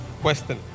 question